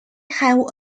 have